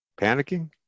panicking